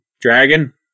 Dragon